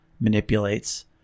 manipulates